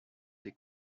des